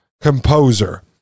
Composer